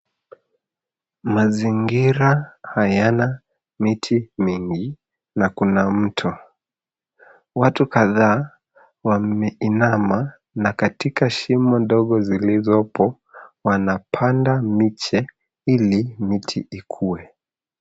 Mazingira hayana miti mingi na kuna mto. Watu kadhaa wameinama na katika shimo ndogo zilizizopo wanapanda miche ili miti ikue.